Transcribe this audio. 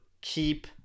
keep